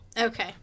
Okay